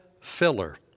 filler